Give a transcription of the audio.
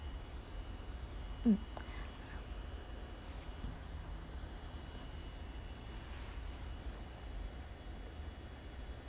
mm